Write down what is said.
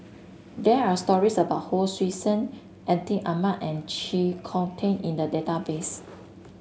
there are stories about Hon Sui Sen Atin Amat and Chee Kong Tet in the database